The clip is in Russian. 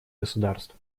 государств